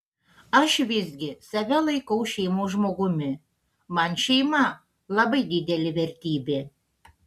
aš visgi save laikau šeimos žmogumi man šeima labai didelė vertybė